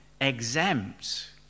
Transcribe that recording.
exempt